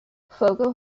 fogo